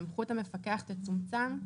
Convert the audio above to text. סמכות המפקח תצומצם,